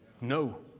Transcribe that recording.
No